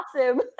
awesome